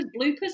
bloopers